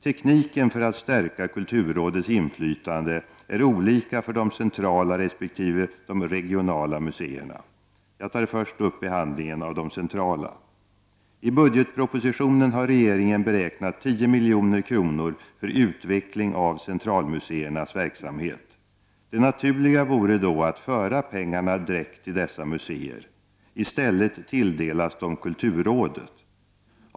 Tekniken för att stärka kulturrådets inflytande är olika för de centrala resp. de regionala museerna. Jag tar först upp behandlingen av de centrala. I budgetpropositionen har regeringen beräknat 10 milj.kr. för utveckling av centralmuseernas verksamhet. Det naturliga vore då att föra pengarna direkt till dessa museer. I stället tilldelas de kulturrådet.